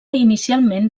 inicialment